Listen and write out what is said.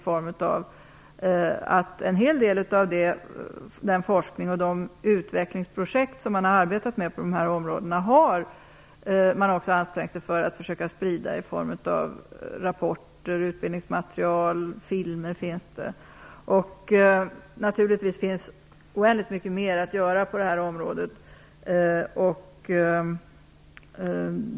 När det gäller en hel del av den forskning och de utvecklingsprojekt som man arbetat med på dessa områden har man också ansträngt sig för att försöka sprida information i form av rapporter, utbildningsmaterial och filmer. Det finns oändligt mycket mer att göra på detta område.